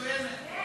מצוינת.